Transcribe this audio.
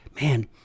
man